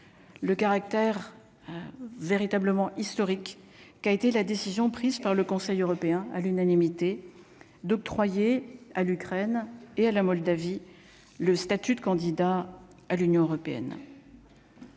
le caractère véritablement historique qui a été la décision prise par le Conseil européen, à l'unanimité d'octroyer à l'Ukraine et à la Moldavie, le statut de candidat à l'Union européenne.